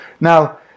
Now